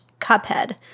Cuphead